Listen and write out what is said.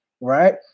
right